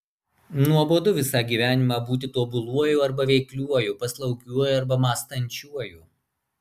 nuobodu visą gyvenimą būti tobuluoju arba veikliuoju paslaugiuoju arba mąstančiuoju